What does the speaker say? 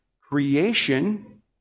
creation